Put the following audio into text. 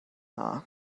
dda